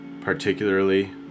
particularly